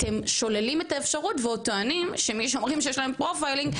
אתם שוללים את האפשרות ועוד טוענים שמי שאומרים שיש עליהם "פרופיילינג",